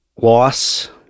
loss